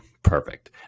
Perfect